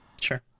Sure